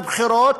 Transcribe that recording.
משרת מילואים